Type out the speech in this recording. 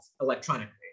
electronically